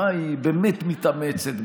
במה היא באמת מתאמצת?